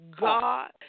God